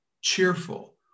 cheerful